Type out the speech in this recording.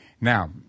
Now